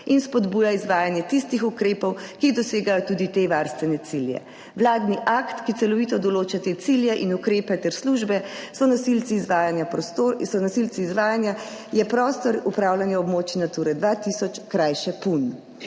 in spodbuja izvajanje tistih ukrepov, ki dosegajo tudi te varstvene cilje. Vladni akt, ki celovito določa te cilje in ukrepe ter službe, so nosilci izvajanja, je prostor upravljanja območij Nature 2000, krajše PUN.